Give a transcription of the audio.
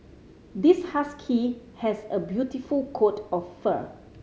this husky has a beautiful coat of fur